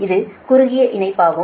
இது குறுகிய இணைப்பாகும்